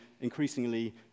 increasingly